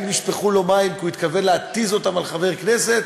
אם נשפכו לו מים כי הוא התכוון להתיז אותם על חבר כנסת,